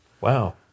Wow